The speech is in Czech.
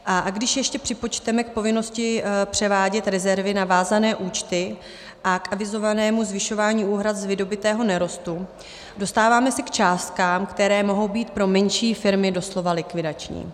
A když ještě připočteme povinnosti převádět rezervy na vázané účty a avizované zvyšování úhrad z vydobytého nerostu, dostáváme se k částkám, které mohou být pro menší firmy doslova likvidační.